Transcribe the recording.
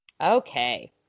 Okay